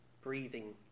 breathing